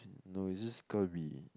no you just gonna be